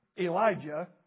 Elijah